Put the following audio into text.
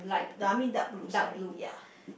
I mean dark blue sorry ya